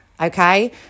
okay